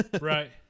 right